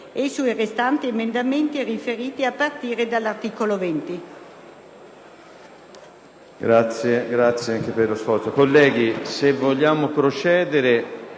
e sui restanti emendamenti riferiti a partire dall'articolo 20